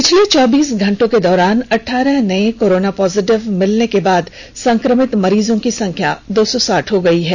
पिछले चौबीस घंटों के दौरान अठारह नये कोरोना पॉजिटिव मिलने के बाद संक्र मित मरीजों की संख्या दो सौ साठ हो गई है